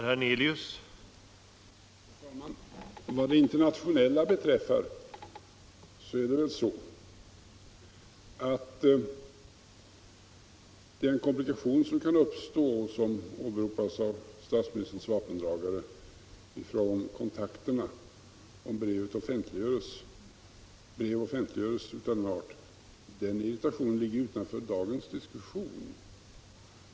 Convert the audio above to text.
Herr talman! Den irritation, som enligt statsministerns vapendragare kan uppstå i kontakterna mellan Sverige och Cuba om brevet offentliggörs, ligger väl utanför dagens diskussion.